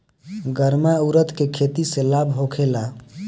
गर्मा उरद के खेती से लाभ होखे ला?